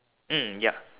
mm yup